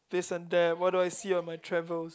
this and that what do I see on my travels